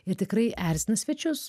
ir tikrai erzina svečius